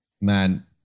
Man